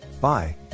Bye